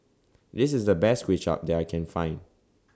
This IS The Best Kuay Chap that I Can Find